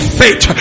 faith